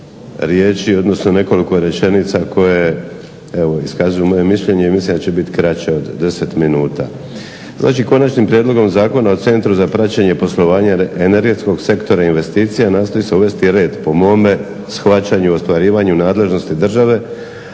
riječi odnosno nekoliko rečenica koje evo iskazuju moje mišljenje i mislim da ća biti kraće od 10 minuta. Znači Konačnim prijedlogom Zakona o centru za praćenje poslovanja energetskog sektora investicija nastoji se uvesti red. Po mome shvaćanju ostvarivanje nadležnosti države,